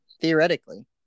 theoretically